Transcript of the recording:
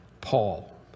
Paul